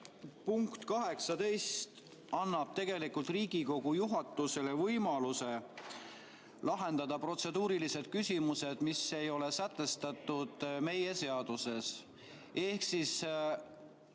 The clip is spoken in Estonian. punkt 18 annab tegelikult Riigikogu juhatusele võimaluse lahendada protseduurilised küsimused, mis ei ole sätestatud meie seaduses. Ehk siis,